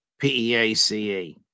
P-E-A-C-E